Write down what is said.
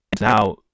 now